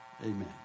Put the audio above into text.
amen